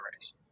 race